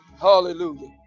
Hallelujah